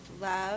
love